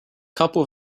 couple